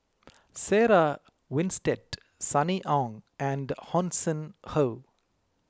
Sarah Winstedt Sunny Ang and Hanson Ho